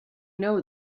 know